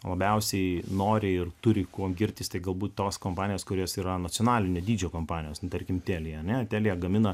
labiausiai nori ir turi kuo girtis tai galbūt tos kompanijos kurios yra nacionalinio dydžio kompanijos tarkim telia telia gamina